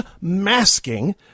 masking